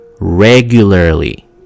regularly